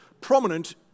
prominent